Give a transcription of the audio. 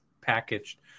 packaged